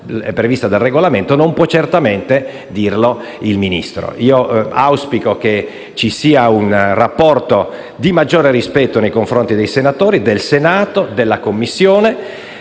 previsto dal Regolamento, ma certamente non può dirlo il Ministro. Auspico che ci sia un rapporto di maggiore rispetto nei confronti dei senatori, del Senato, della Commissione,